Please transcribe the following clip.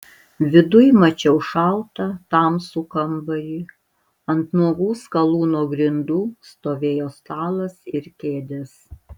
viduj mačiau šaltą tamsų kambarį ant nuogų skalūno grindų stovėjo stalas ir kėdės